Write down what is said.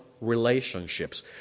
relationships